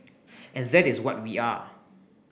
and that is what we are